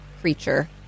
creature